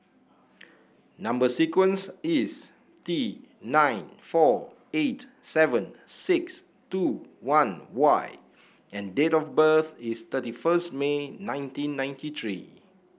number sequence is T nine four eight seven six two one Y and date of birth is thirty first May nineteen ninety three